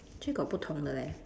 actually got 不同的 leh